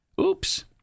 Oops